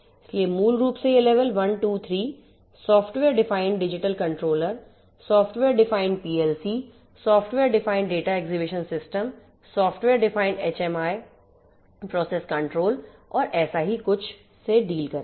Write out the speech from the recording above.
इसलिए मूल रूप से ये level 1 2 3 software defined digital controller software defined PLC software defined data acquisition system software defined HMI process control और और ऐसा ही कुछ से डील करेंगे